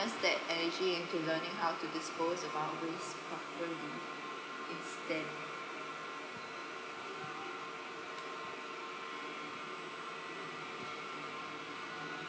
that energy into learning how to dispose the boundaries properly is then